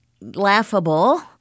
laughable